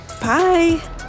Bye